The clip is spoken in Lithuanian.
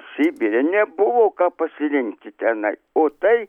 sibire nebuvo ką pasirinkti tenai o tai